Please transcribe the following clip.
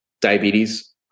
diabetes